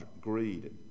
greed